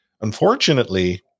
Unfortunately